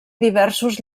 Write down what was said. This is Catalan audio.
diversos